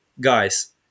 guys